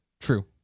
True